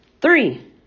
Three